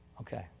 Okay